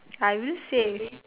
I will say